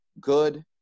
good